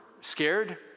scared